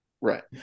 right